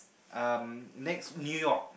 um next New-York